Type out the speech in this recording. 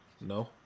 no